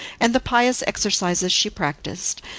and the pious exercises she practiced,